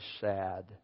sad